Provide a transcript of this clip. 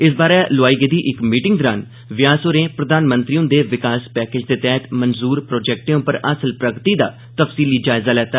इस बारे लोआई गेदी इक मीटिंग दरान व्यास होरें प्रधानमंत्री हुंदे विकास पैकेज दे तैह्त मंजूर प्रोजेक्टे पर हासल प्रगति दा तफसीली जायजा लैता